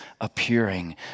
appearing